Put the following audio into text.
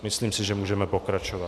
Myslím si, že můžeme pokračovat.